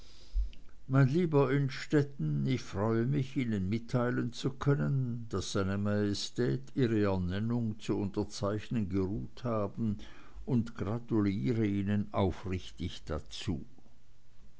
mein lieber innstetten ich freue mich ihnen mitteilen zu können daß seine majestät ihre ernennung zu unterzeichnen geruht haben und gratuliere ihnen aufrichtig dazu